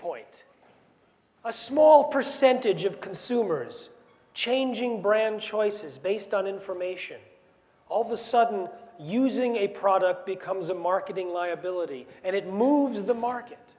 point a small percentage of consumers changing brand choices based on information all of a sudden using a product becomes a marketing liability and it moves the market